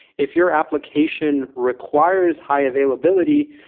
if your application requires high-availability,